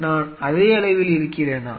நான் அதே அளவில் இருக்கிறேனா